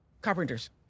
Carpenters